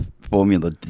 formula